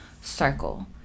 circle